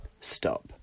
Stop